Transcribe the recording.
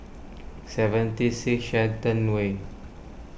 seventy six Shenton Way